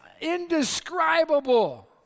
indescribable